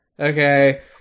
Okay